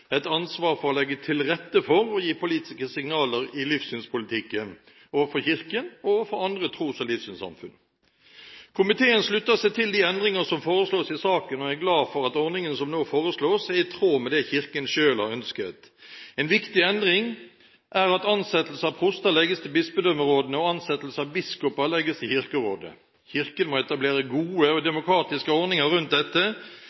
et ansvar for å legge til rette for og gi politiske signaler i livssynspolitikken, overfor Kirken og overfor andre tros- og livssynssamfunn. Komiteen slutter seg til de endringer som foreslås i saken, og er glad for at ordningene som nå foreslås, er i tråd med det Kirken selv har ønsket. En viktig endring er at ansettelse av proster legges til bispedømmerådene, og ansettelse av biskoper legges til Kirkerådet. Kirken må etablere gode og demokratiske ordninger rundt dette.